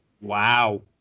wow